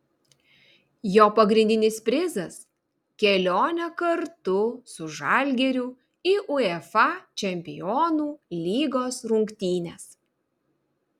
jo pagrindinis prizas kelionė kartu su žalgiriu į uefa čempionų lygos rungtynes